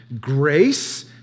grace